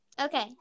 Okay